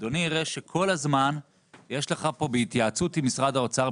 אדוני יראה שכל הזמן יש לך פה 'בהתייעצות עם משרד האוצר'.